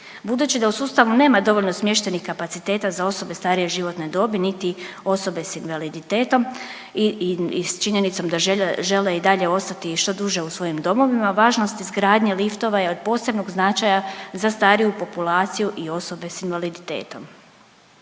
Budući da u sustavu nema dovoljno smještajnih kapaciteta za osobe starije životne dobi niti osobe s invaliditetom i s činjenicom da žele i dalje ostati što duže u svojim domovima važnost izgradnje liftova je od posebnog značaja za stariju populaciju i osobe s invaliditetom.